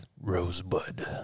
Rosebud